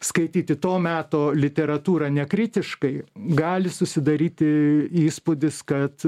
skaityti to meto literatūrą nekritiškai gali susidaryti įspūdis kad